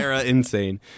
insane